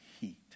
heat